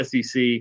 SEC